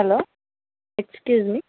hello excuse me